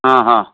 ହଁ ହଁ